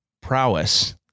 prowess